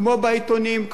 כמו בעיתונים,